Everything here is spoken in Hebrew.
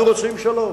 אנחנו רוצים שלום,